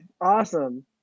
awesome